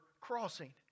crossing